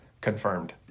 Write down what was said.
confirmed